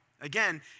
Again